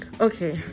Okay